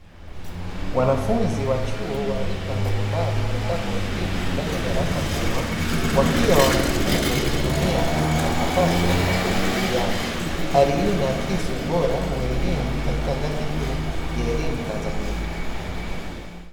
Wanafunzi wa chuo wa rika mbalimbali wamekaa kwa utulivu ndani ya darasa kubwa, wakiwa wanajifunza kwa kutumia kompyuta mpakato na kujijadiliana. Hali hii inaakisi ubora wa elimu katika ngazi juu ya elimu Tanzania